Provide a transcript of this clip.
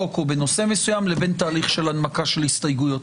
או בנושא מסוים לבין תהליך של הנמקה של הסתייגויות.